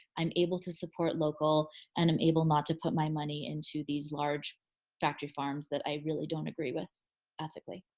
i'm able to support local and i'm able not to put my money into these large factories farms that i really don't agree with ethically.